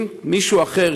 אם מישהו אחר,